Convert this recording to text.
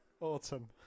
Autumn